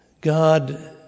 God